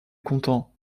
content